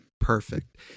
Perfect